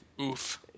oof